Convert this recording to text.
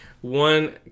One